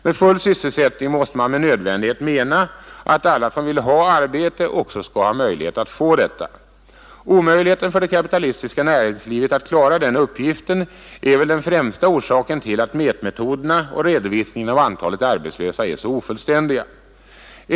Med full sysselsättning måste man med nödvändighet mena att alla som vill ha arbete också skall ha möjlighet att få detta. Omöjligheten för det kapitalistiska näringslivet att klara den uppgiften är väl den främsta orsaken till att mätmetoderna och redovisningen av antalet arbetslösa är så ofullständiga.